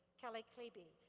kelli klebe,